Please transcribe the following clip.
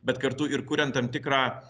bet kartu ir kuriant tam tikrą